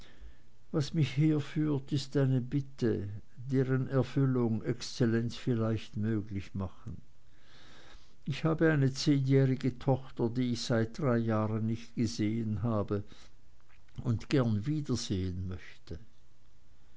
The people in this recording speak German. was mich herführt ist eine bitte deren erfüllung exzellenz vielleicht möglich machen ich habe eine zehnjährige tochter die ich seit drei jahren nicht gesehen habe und gern wiedersehen möchte